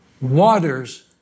Waters